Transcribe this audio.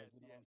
yes